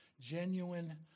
Genuine